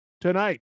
tonight